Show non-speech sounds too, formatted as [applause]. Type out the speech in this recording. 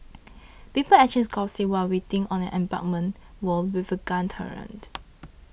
people exchanged gossip while sitting on an embankment wall with a gun turret [noise]